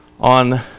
on